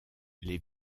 les